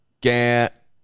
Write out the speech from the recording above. Get